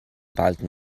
balken